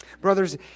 Brothers